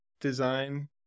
design